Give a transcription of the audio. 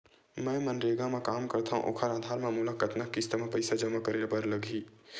मैं मनरेगा म काम करथव, ओखर आधार म मोला कतना किस्त म पईसा जमा करे बर लगही?